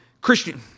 Christian